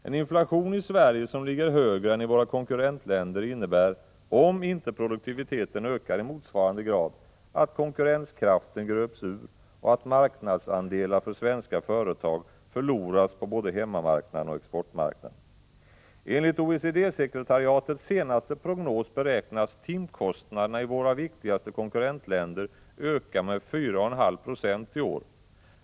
En inflation i Sverige som ligger högre än i våra konkurrentländer innebär, om inte produktiviteten ökar i motsvarande grad, att konkurrenskraften gröps ur och att marknadsandelar för svenska företag förloras på både hemmamarknaden och exportmarknaden. Enligt OECD-sekretariatets senaste prognos beräknas timkostnaderna i våra viktigaste konkurrentländer öka med 4,5 90 i år.